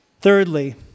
Thirdly